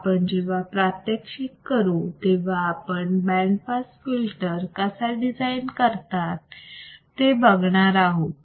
आपण जेव्हा प्रात्यक्षिक करू तेव्हा आपण पास बँड फिल्टर कसा डिझाईन करतात ते बघणार आहोत